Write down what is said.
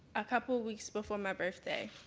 a couple weeks before my birthday.